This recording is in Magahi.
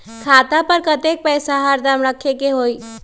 खाता पर कतेक पैसा हरदम रखखे के होला?